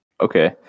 Okay